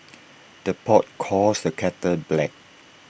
the pot calls the kettle black